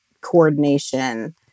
coordination